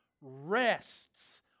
rests